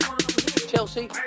Chelsea